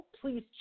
Please